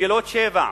מגילות 7,